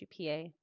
GPA